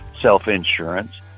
self-insurance